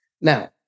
Now